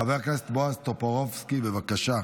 חבר הכנסת בועז טופורובסקי, בבקשה.